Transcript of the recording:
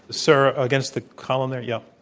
sir, against the column there, yeah.